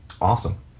awesome